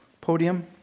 podium